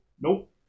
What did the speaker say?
Nope